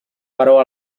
però